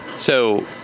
so,